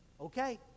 okay